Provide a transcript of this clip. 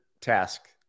task